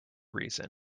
reason